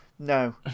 No